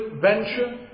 venture